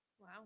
Wow